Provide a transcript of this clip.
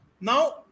Now